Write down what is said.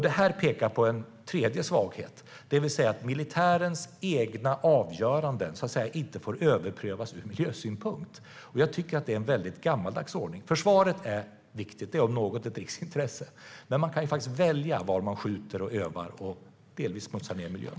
Detta pekar på en tredje svaghet. Militärens egna avgöranden får inte överprövas ur miljösynpunkt. Det är en väldigt gammaldags ordning. Försvaret är viktigt. Det är om något ett riksintresse. Men man kan välja var man skjuter, övar och delvis smutsar ned miljön.